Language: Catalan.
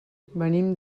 venim